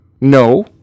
No